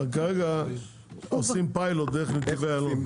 כרגע עושים פילוט דרך נתיבי אילון.